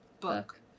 book